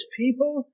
people